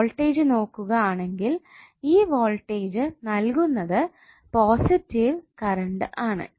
voltage നോക്കുക ആണെങ്കിൽ ഈ വോൾടേജ് നൽകുന്നത് പോസിറ്റീവ് കരണ്ടു ആണ്